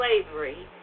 slavery